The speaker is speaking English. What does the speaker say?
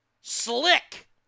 Slick